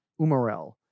Umarel